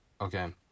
okay